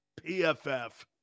PFF